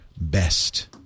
best